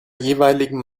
jeweiligen